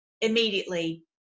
immediately